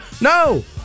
No